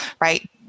right